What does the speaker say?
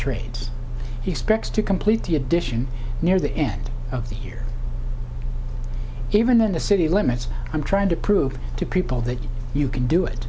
trades he expects to complete the edition near the end of the year even in the city limits i'm trying to prove to people that you can do it